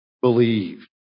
believed